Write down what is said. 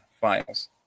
files